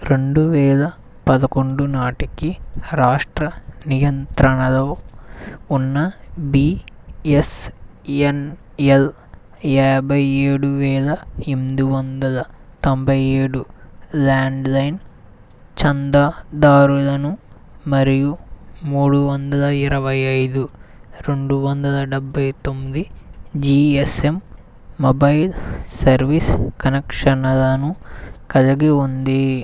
రెండు వేల పదకొండు నాటికి రాష్ట్ర నియంత్రణలో ఉన్న బీఎస్ఎన్ఎల్ యాభై ఏడువేల ఎనిమిది వందల తొంభై ఏడు ల్యాండ్లైన్ చందాదారులను మరియు మూడు వందల ఇరవై ఐదు రెండు వందల డెబ్భై తొమ్మిది జీఎస్ఎమ్ మొబైల్ సర్వీస్ కనెక్షన్లను కలిగి ఉంది